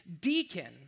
deacon